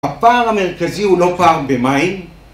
הפער המרכזי הוא לא פער במים